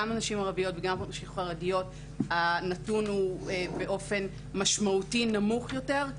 גם אצל נשים ערביות וגם נשים חרדיות הנתון הוא באופן משמעותי נמוך יותר,